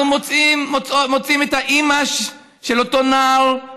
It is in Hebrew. אנחנו מוצאים את האימא של אותו נער,